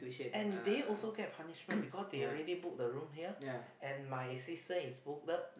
and they also get punishment because they already book the room here and my sister is scolded